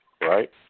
right